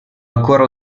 ancora